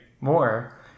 more